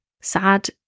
Sad